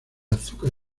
azúcar